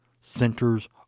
centers